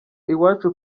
iwacu